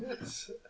Yes